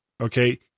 Okay